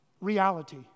reality